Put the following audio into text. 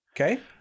Okay